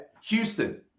Houston